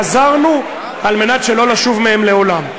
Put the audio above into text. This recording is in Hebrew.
חזרנו על מנת שלא לשוב מהם לעולם.